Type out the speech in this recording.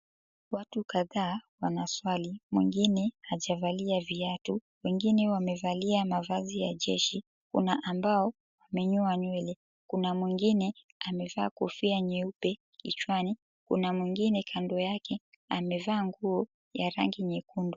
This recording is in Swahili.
Watu kadhaa wanaswali, mwengine hajavalia viatu, wengine wamevalia mavazi ya jeshi. Kuna ambao wamenyoa nywele, kuna mwengine amevaa kofia nyeupe kichwani. Kuna mwengine kando yake amevaa nguo ya rangi nyekundu.